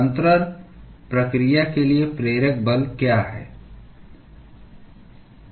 अन्तरण प्रक्रिया के लिए प्रेरक बल क्या है